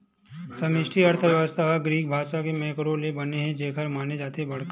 समस्टि अर्थसास्त्र ह ग्रीक भासा मेंक्रो ले बने हे जेखर माने होथे बड़का